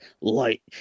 light